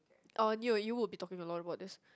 on you you will be talking a lot about this